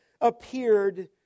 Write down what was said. appeared